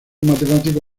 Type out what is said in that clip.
matemático